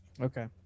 Okay